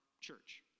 church